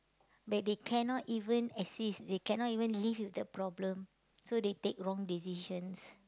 that they cannot even exist they cannot even live with the problem so they take wrong decisions